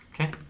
Okay